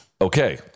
Okay